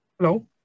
Hello